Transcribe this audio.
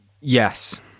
Yes